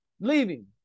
Leaving